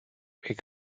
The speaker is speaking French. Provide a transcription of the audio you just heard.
est